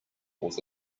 was